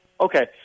Okay